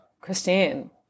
Christine